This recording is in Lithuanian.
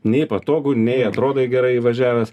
nei patogu nei atrodai gerai įvažiavęs